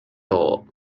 all